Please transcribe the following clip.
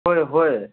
ꯍꯣꯏ ꯍꯣꯏ